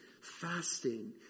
fasting